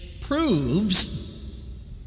proves